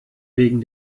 wegen